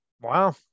wow